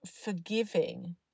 forgiving